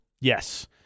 Yes